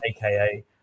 AKA